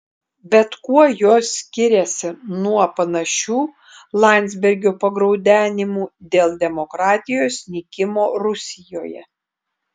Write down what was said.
bet kuo jos skiriasi nuo panašių landsbergio pagraudenimų dėl demokratijos nykimo rusijoje